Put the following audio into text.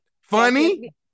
funny